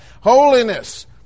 holiness